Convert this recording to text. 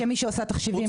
כמי שעושה תחשיבים לא מעט.